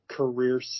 career